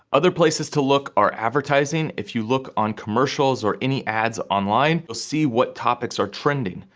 other places to look are advertising, if you look on commercials, or any ads online, you'll see what topics are trending.